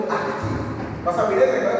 active